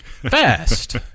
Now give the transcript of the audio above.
Fast